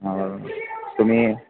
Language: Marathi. ह तुम्ही